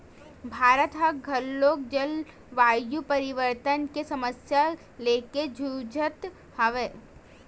भारत ह घलोक जलवायु परिवर्तन के समस्या लेके जुझत हवय